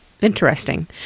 Interesting